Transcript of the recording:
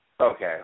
okay